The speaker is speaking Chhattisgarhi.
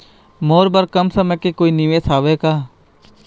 मोर बर कम समय के कोई निवेश हावे का?